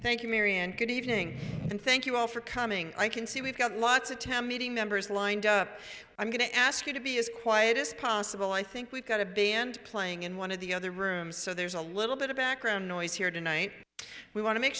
thank you mary and good evening and thank you all for coming i can see we've got lots of time meeting members lined up i'm going to ask you to be as quiet as possible i think we've got a band playing in one of the other rooms so there's a little bit of background noise here tonight we want to make